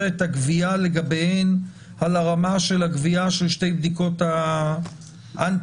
את הקביעה לגביהן על הרמה של שתי בדיקות אנטיגן.